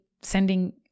sending